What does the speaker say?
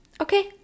okay